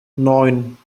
neun